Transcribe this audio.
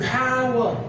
power